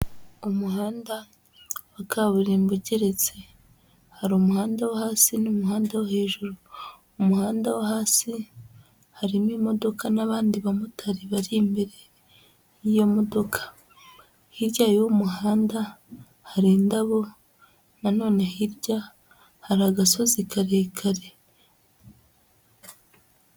Umuhanda wa kaburimbo ugeretse hari umuhanda wo hasi n'umuhanda wo hejuru umuhanda wo hasi harimo imodoka n'abandi bamotari bari imbere y'iyo modoka hirya y'umuhanda hari indabo na none hirya hari agasozi karekare.